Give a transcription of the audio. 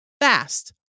fast